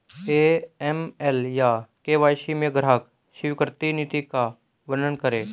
AML या KYC में ग्राहक स्वीकृति नीति का वर्णन करें?